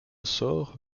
sort